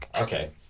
okay